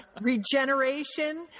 regeneration